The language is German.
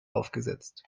aufgesetzt